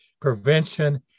prevention